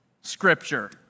scripture